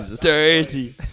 Dirty